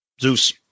Zeus